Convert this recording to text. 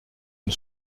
une